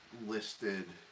listed